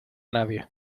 nadie